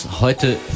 heute